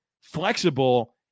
flexible